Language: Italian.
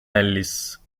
ellis